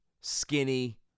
Skinny